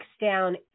down